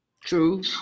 True